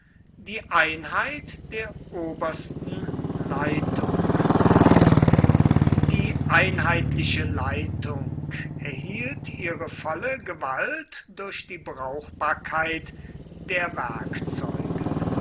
die einheit der obersten leitung die einheitliche leitung erhielt ihre volle gewalt durch die brauchbarkeit der